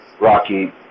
Rocky